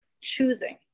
choosing